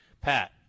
Pat